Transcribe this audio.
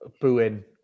booing